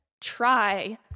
try